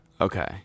Okay